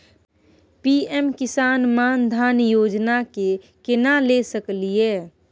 PM Kisan Maan Dhan Yojana के केना ले सकलिए?